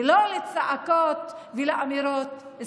ולא לסתם צעקות ואמירות.